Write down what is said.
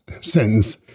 sentence